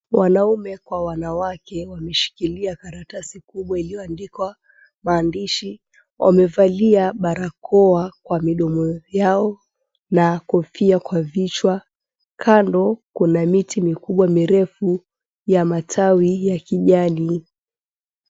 Wanaume kwa wanawake wameshikilia karatasi kubwa iliyoandikwa mahandishi. Wamevalia barakoa kwa midomo yao na kofia kwa vichwa. Kando kuna miti mikubwa mirefu ya matawi ya kijani.